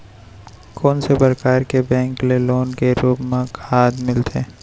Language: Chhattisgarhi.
कोन से परकार के बैंक ले लोन के रूप मा खाद मिलथे?